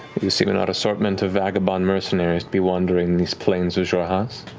you seem an odd assortment of vagabond mercenaries to be wandering these planes of xhorhas.